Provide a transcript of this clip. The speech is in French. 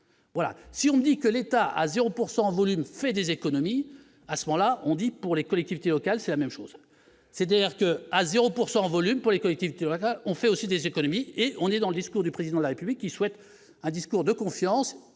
voilà si on dit que l'État à 0 pourcent en en volume fait des économies, à ce moment-là on dit pour les collectivités locales, c'est la même chose, c'est-à-dire que, à 0 pourcent en en volume pour les collectivités, on fait aussi des économies et on est dans le discours du président de la République, qui souhaite un discours de confiance